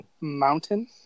mountain